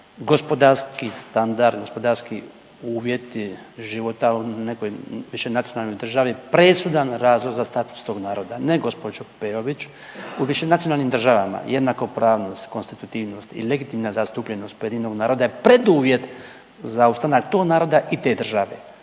gospodarski standard, gospodarski uvjeti života u nekoj višenacionalnoj državi presudan razlog za status tog naroda. Ne gospođo Peović. U višenacionalnim državama jednakopravnost, konstitutivnost i legitimna zastupljenost pojedinog naroda je preduvjet za ostanak tog naroda i te države,